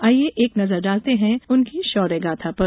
आइये एक नजर डालते हैं उनकी शौर्यगाथा पर